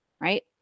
right